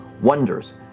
wonders